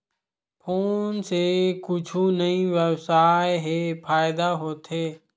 Phone से कुछु ई व्यवसाय हे फ़ायदा होथे?